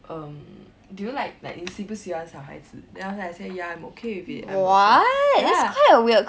um do you like like 你喜不喜欢小孩子 then I was like I say ya I'm okay with it I'm just like ya